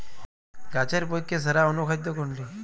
গাছের পক্ষে সেরা অনুখাদ্য কোনটি?